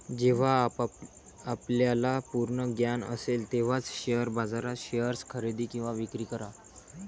जेव्हा आपल्याला पूर्ण ज्ञान असेल तेव्हाच शेअर बाजारात शेअर्स खरेदी किंवा विक्री करा